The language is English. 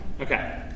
Okay